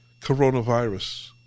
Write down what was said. coronavirus